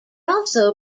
also